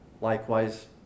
likewise